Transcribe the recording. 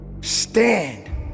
Stand